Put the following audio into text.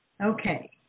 Okay